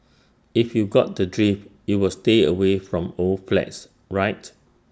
if you got the drift you will stay away from old flats right